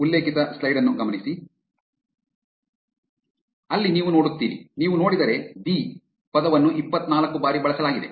ಆದ್ದರಿಂದ ಅಲ್ಲಿ ನೀವು ನೋಡುತ್ತೀರಿ ನೀವು ನೋಡಿದರೆ ದಿ the ಪದವನ್ನು ಇಪ್ಪತ್ತನಾಲ್ಕು ಬಾರಿ ಬಳಸಲಾಗಿದೆ